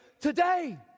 today